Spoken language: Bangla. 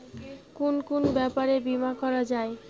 কুন কুন ব্যাপারে বীমা করা যায়?